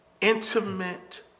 Intimate